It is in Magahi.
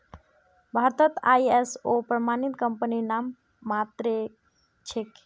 भारतत आई.एस.ओ प्रमाणित कंपनी नाममात्रेर छेक